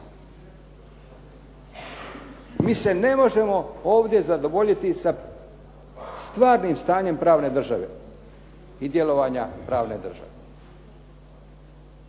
Mi se ne možemo ovdje zadovoljiti sa stvarnim stanjem pravne države i djelovanja pravne države.